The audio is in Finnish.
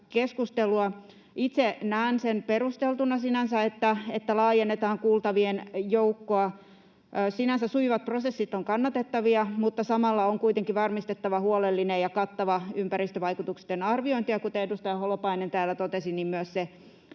Itse näen sen perusteltuna sinänsä, että laajennetaan kuultavien joukkoa. Sinänsä sujuvat prosessit on kannatettavia, mutta samalla on kuitenkin varmistettava huolellinen ja kattava ympäristövaikutusten arviointi ja — kuten edustaja Holopainen täällä totesi — myös